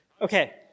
Okay